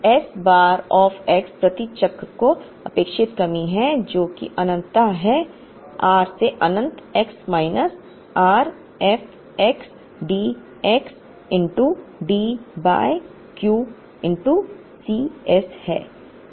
s bar of x प्रति चक्र की अपेक्षित कमी है जो कि अनन्तता r से अनंत x minus r f x d x D by Q C s है